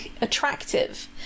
attractive